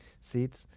seats